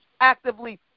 actively